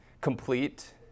complete